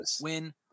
win